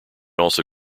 also